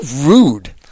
rude